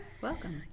Welcome